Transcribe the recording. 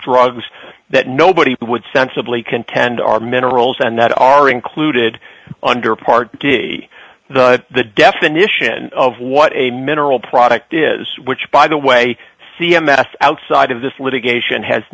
drugs that nobody would sensibly contend are minerals and that are included under part d but the definition of what a mineral product is which by the way c m s outside of this litigation has